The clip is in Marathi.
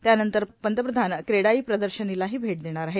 त्यानंतर पंतप्रधान क्रेडाई प्रदर्शनीलाही भेट देणार आहेत